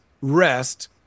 rest